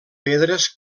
pedres